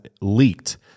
leaked